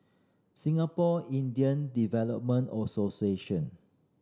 Singapore Indian Development Association